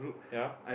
ya